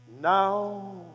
now